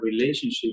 relationship